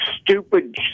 stupid